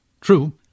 True